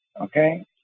okay